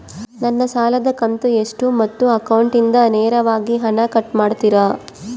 ನನ್ನ ಸಾಲದ ಕಂತು ಎಷ್ಟು ಮತ್ತು ಅಕೌಂಟಿಂದ ನೇರವಾಗಿ ಹಣ ಕಟ್ ಮಾಡ್ತಿರಾ?